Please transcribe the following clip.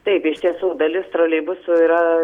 taip iš tiesų dalis troleibusų yra